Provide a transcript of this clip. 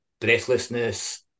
breathlessness